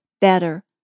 better